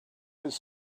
his